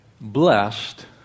Blessed